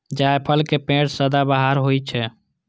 जायफल के पेड़ सदाबहार होइ छै